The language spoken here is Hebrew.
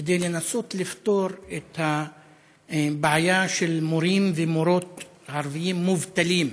כדי לנסות לפתור את הבעיה של מורים ומורות ערבים מובטלים.